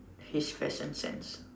his fashion sense